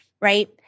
Right